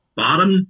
bottom